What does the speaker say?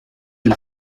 del